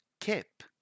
Kip